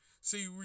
See